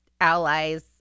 allies